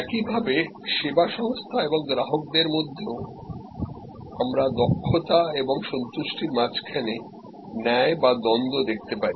একইভাবে সেবা সংস্থা এবং গ্রাহকের মধ্যেও আমরা দক্ষতা এবং সন্তুষ্টির মাঝখানে ন্যায় বা দ্বন্দ্ব দেখতে পারি